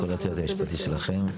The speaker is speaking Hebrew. כל הצוות המשפטי שלכם.